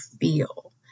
feel